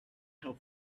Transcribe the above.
how